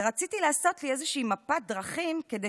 ורציתי לעשות לי איזושהי מפת דרכים כדי